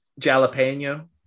Jalapeno